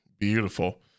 beautiful